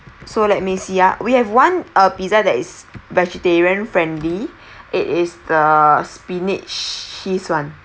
so let me see ah we have one uh pizza that is vegetarian friendly it is the spinach cheese [one]